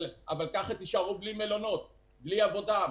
אבל ככה תישארו בלי מלונות, בלי עבודה.